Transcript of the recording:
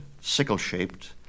sickle-shaped